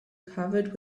covered